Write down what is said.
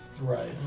Right